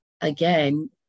again